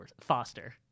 foster